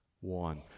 One